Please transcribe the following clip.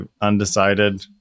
undecided